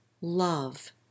love